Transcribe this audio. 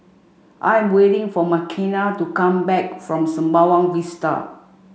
I am waiting for Makenna to come back from Sembawang Vista